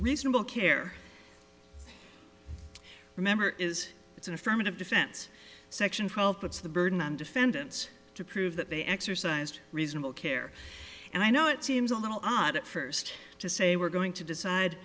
reasonable care remember is it's an affirmative defense section called puts the burden on defendants to prove that they exercised reasonable care and i know it seems a little odd at first to say we're going to decide